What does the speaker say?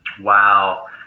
Wow